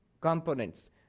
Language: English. components